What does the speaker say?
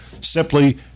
Simply